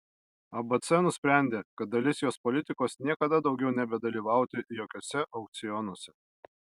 abc nusprendė kad dalis jos politikos niekada daugiau nebedalyvauti jokiuose aukcionuose